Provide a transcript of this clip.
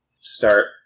start